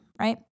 right